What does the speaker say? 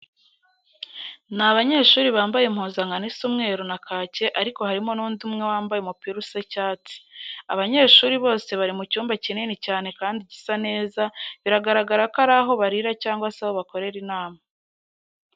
Ni abanyeshuri bambaye impuzankano isa umweru na kake ariko harimo n'undi umwe wambaye umupira usa icyatsi. Aba banyeshuri bose bari mu cyumba kinini cyane kandi gisa neza, biragaragara ko ari aho barira cyangwa se aho bakorera inama.